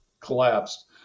collapsed